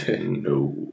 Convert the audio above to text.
No